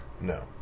No